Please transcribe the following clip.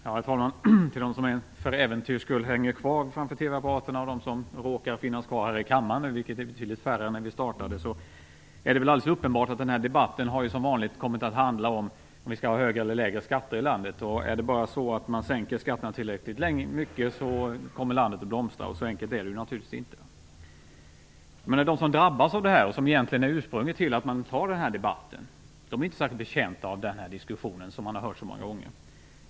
Herr talman! För dem som till äventyrs sitter kvar framför TV-apparaterna och för dem som råkar finnas kvar här i kammaren, vilka är betydligt färre än när debatten började, är det väl alldeles uppenbart att den här debatten som vanligt har kommit att handla om huruvida vi skall ha högre eller lägre skatter i landet och att om man bara sänker skatterna tillräckligt mycket, så kommer landet att blomstra. Så enkelt är det naturligtvis inte. Men de som drabbas och som egentligen är anledningen till denna debatt är inte särskilt betjänta av den här diskussionen, som man har hört så många gånger.